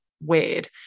weird